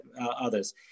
others